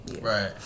Right